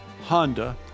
Honda